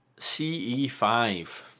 CE5